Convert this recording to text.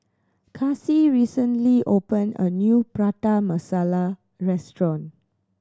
Kasie recently opened a new Prata Masala restaurant